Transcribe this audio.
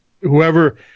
whoever